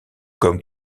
comme